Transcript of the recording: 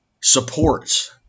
supports